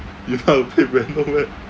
you got play brandle meh